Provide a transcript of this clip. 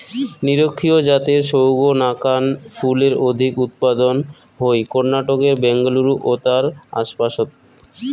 নিরক্ষীয় জাতের সৌগ নাকান ফুলের অধিক উৎপাদন হই কর্ণাটকের ব্যাঙ্গালুরু ও তার আশপাশত